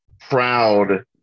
proud